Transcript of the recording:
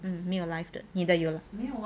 err 没有 live 的你的有 ah